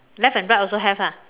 left and right also have ah